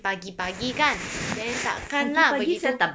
pagi-pagi kan then tak akan lah begitu